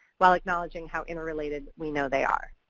while acknowledging how interrelated we know they are.